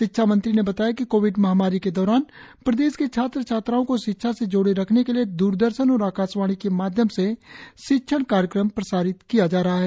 शिक्षा मंत्री ने बताया कि कोविड महामारी के दौरान प्रदेश के छात्र छात्राओं को शिक्षा से जोड़े रखने के लिए द्रदर्शन और आकाशवाणी के माध्यम से शिक्षण कार्यक्रम प्रसारण किया जा रहा है